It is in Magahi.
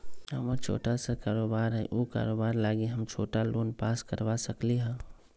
हमर छोटा सा कारोबार है उ कारोबार लागी हम छोटा लोन पास करवा सकली ह?